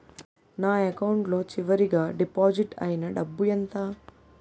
నా అకౌంట్ లో చివరిగా డిపాజిట్ ఐనా డబ్బు ఎంత?